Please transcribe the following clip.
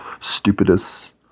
stupidest